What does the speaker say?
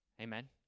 Amen